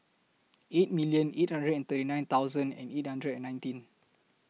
eight million eight hundred and thirty nine thousand and eight hundred and nineteen